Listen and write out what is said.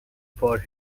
for